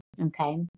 Okay